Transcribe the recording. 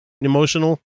emotional